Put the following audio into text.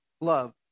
love